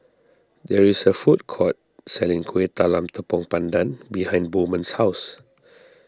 there is a food court selling Kueh Talam Tepong Pandan behind Bowman's house